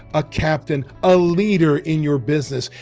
a captain, a leader in your business.